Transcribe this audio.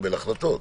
לקבל החלטות.